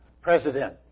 president